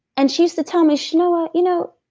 and she used to tell me, chenoa, you know,